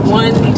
one